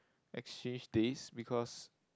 exchange days because